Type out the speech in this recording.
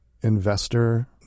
investor